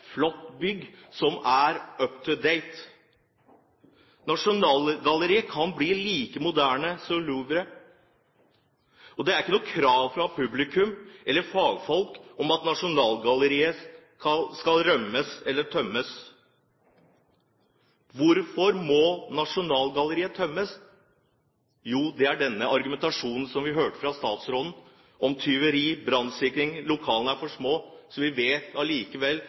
flott bygg som er up-to-date. Nasjonalgalleriet kan bli like moderne som Louvre. Det er ikke noe krav fra publikum eller fagfolk om at Nasjonalgalleriet skal rømmes eller tømmes. Hvorfor må Nasjonalgalleriet tømmes? Jo, det er på grunn av denne argumentasjonen som vi hørte fra statsråden om tyveri, brannsikring, at lokalene er for små. Vi vet allikevel